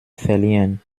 verliehen